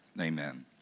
Amen